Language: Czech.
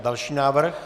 Další návrh.